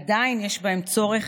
עדיין יש בהם צורך,